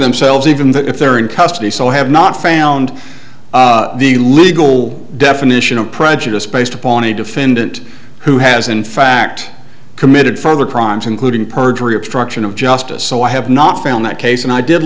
themselves even if they're in custody so i have not found the legal definition of prejudice based upon a defendant who has in fact committed further crimes including perjury obstruction of justice so i have not found that case and i did